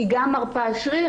היא גם מרפה שריר,